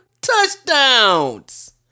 touchdowns